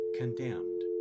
condemned